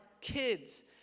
kids